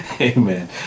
Amen